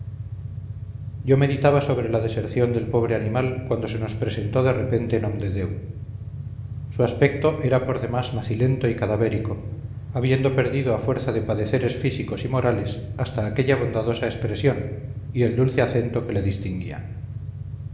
yo meditaba sobre la deserción del pobre animal cuando se nos presentó de repente nomdedeu su aspecto era por demás macilento y cadavérico habiendo perdido a fuerza de padeceres físicos y morales hasta aquella bondadosa expresión y el dulce acento que le distinguían